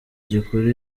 gikuru